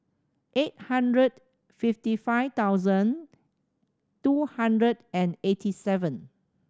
eight hundred fifty five thousand two hundred and eighty seven